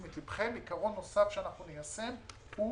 עיקרון נוסף שאנחנו ניישם הוא